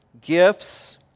gifts